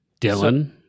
Dylan